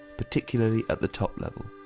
particularly at the top level,